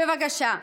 בבקשה.